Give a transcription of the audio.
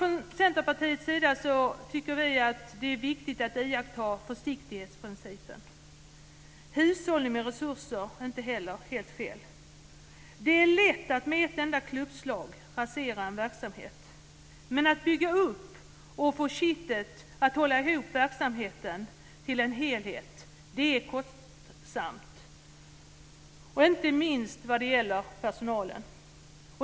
Från Centerpartiets sida tycker vi att det är viktigt att iaktta försiktighetsprincipen. Hushållning med resurser är inte heller helt fel. Det är lätt att med ett enda klubbslag rasera en verksamhet. Men att bygga upp och få kittet att hålla ihop verksamheten till en helhet - det är kostsamt, inte minst vad gäller personalen.